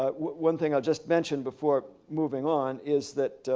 ah one thing i'll just mention before moving on is that